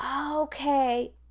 Okay